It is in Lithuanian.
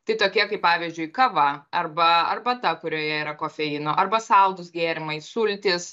tai tokie kaip pavyzdžiui kava arba arbata kurioje yra kofeino arba saldūs gėrimai sultys